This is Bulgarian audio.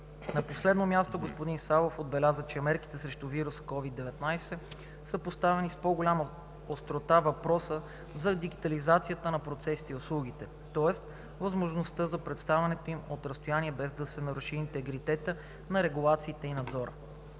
На последно място господин Савов отбеляза, че мерките срещу вируса COVID-19 са поставили с по-голяма острота въпроса за дигитализацията на процесите и услугите, тоест възможността за предоставянето им от разстояние, без това да наруши интегритета на регулациите и надзора.